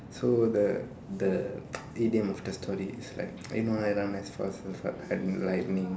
so the the idiom is like I know I run as fast as lightning